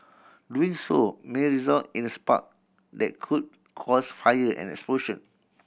doing so may result in a spark that could cause fire and explosion